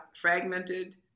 fragmented